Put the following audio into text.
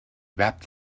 wrapped